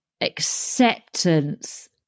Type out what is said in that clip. acceptance